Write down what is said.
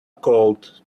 cold